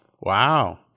Wow